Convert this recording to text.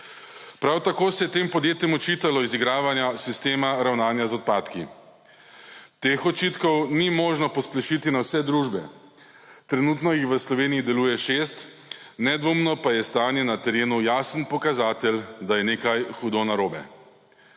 Prav tako se je tem podjetjem očitalo izigravanje sistema ravnanja z odpadki. Teh očitkov ni možno posplošiti na vse družbe. Trenutno jih v Sloveniji deluje šest, nedvomno pa je stanje na terenu jasen pokazatelj, da je nekaj hudo narobe.